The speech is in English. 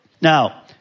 Now